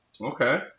Okay